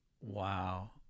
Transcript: Wow